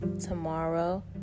tomorrow